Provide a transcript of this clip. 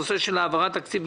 בנושא: הצעת העברת סכומים בין